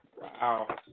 Wow